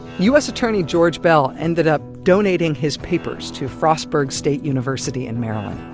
u s. attorney george beall ended up donating his papers to frostburg state university in maryland.